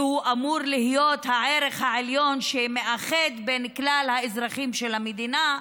שאמור להיות הערך העליון שמאחד בין כלל האזרחים של המדינה,